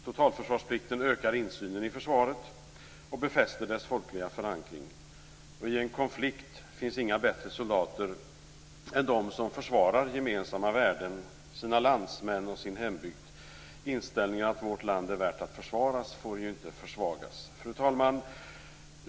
Totalförsvarsplikten ökar insynen i försvaret och befäster dess folkliga förankring. I en konflikt finns det inga bättre soldater än de som försvarar gemensamma värden, sina landsmän och sin hembygd. Inställningen att vårt land är värt att försvaras får inte försvagas. Fru talman!